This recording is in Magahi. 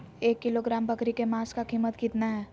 एक किलोग्राम बकरी के मांस का कीमत कितना है?